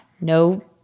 no